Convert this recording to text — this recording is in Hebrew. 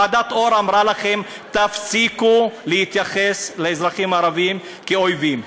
ועדת אור אמרה לכם: תפסיקו להתייחס לאזרחים הערבים כאל אויבים.